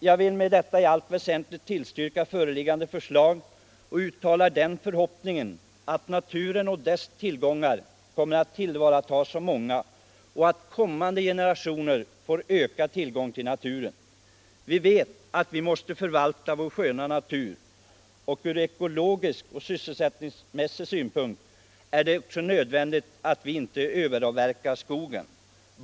Jag vill med detta i allt väsentligt tillstyrka föreliggande förslag och uttalar den förhoppningen, att naturen och dess resurser kommer att tillvaratas av många och att kommande generationer får ökad tillgång till naturen. Vi vet att vi måste förvalta vår sköna natur, och ur ekonomiska och sysselsättningsmässiga synpunkter är det också nödvändigt att skogen inte överavverkas.